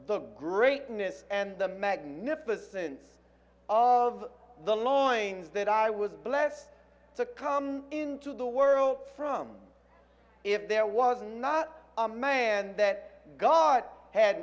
the greatness and the magnificence of the law means that i was blessed to come into the world from if there was not a man that god ha